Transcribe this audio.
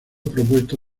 propuesto